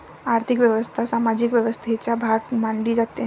आर्थिक व्यवस्था सामाजिक व्यवस्थेचा भाग मानली जाते